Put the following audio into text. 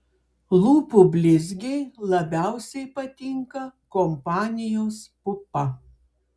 lūpų blizgiai labiausiai patinka kompanijos pupa